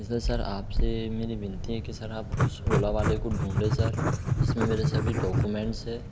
इसलिए सर आपसे मेरी विनती है कि सर आप उस ओला वाले को ढूंढें सर इसमें मेरे सभी डौकुमेंट्स है